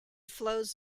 flows